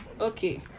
Okay